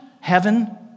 heaven